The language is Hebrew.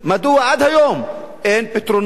מדוע עד היום אין פתרונות?